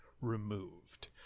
removed